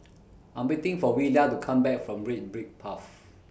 I'm waiting For Willia to Come Back from Red Brick Path